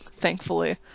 thankfully